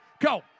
Go